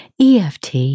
EFT